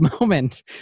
moment